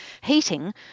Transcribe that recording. heating